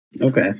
Okay